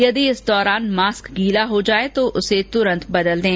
यदि इस दौरान मास्क गीला हो जाए तो उसे तुरंत बदल दें